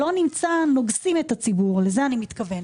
נוגסים את הציבור, לזה אני מתכוונת.